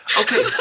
Okay